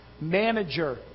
manager